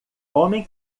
homem